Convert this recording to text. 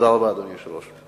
אדוני היושב-ראש,